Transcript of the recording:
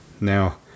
Now